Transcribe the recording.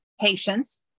patients